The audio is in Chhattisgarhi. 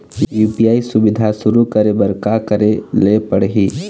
यू.पी.आई सुविधा शुरू करे बर का करे ले पड़ही?